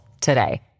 today